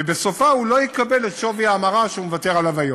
ובסופה הוא לא יקבל את שווי ההמרה שהוא מוותר עליה היום.